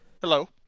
Hello